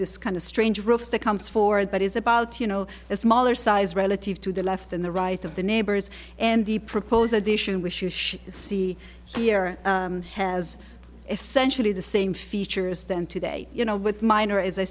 this kind of strange roof that comes for that is about you know a smaller size relative to the left and the right of the neighbors and the propose addition wishes she see here has essentially the same features then today you know with mine or as i